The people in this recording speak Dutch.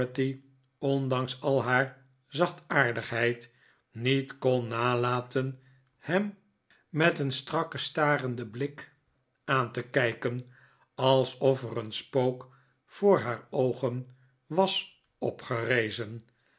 ondanks al haar zachtaardigheid niet kon nalaten hem met een strakken starenden blik aan te kijken alsof er een spook voor haar oogen was opgerezen